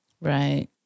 Right